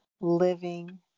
living